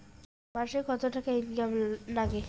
মাসে কত টাকা ইনকাম নাগে?